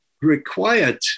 required